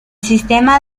sistema